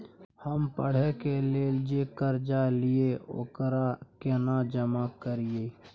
हम पढ़े के लेल जे कर्जा ललिये ओकरा केना जमा करिए?